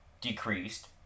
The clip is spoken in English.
decreased